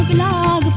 la